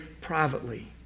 privately